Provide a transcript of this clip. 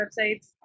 websites